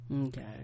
okay